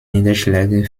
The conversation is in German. niederschläge